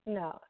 no